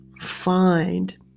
find